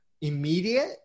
immediate